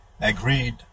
agreed